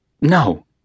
No